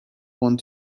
one